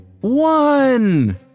One